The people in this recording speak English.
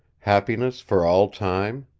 happiness for all time?